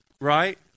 right